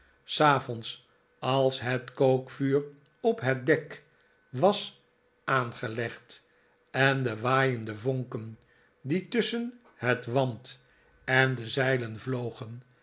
s avonds als het kookvuur op het dek was aangelegd en de waaiende vonken die tusschen het want en de zeilen vlogen